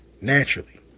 naturally